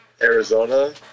Arizona